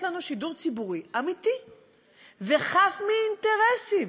לנו שידור ציבורי ואמיתי וחף מאינטרסים.